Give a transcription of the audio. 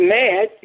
mad